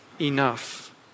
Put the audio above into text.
enough